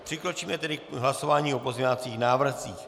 Přikročíme tedy k hlasování o pozměňovacích návrzích.